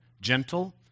gentle